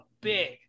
big